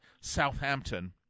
Southampton